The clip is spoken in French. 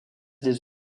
des